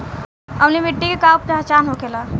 अम्लीय मिट्टी के का पहचान होखेला?